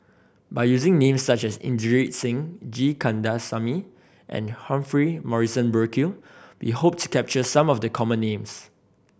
by using names such as Inderjit Singh G Kandasamy and Humphrey Morrison Burkill we hope to capture some of the common names